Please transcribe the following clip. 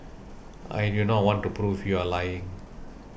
I do not want to prove you are lying